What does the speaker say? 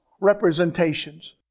representations